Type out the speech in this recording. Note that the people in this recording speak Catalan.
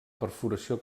perforació